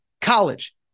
college